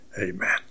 amen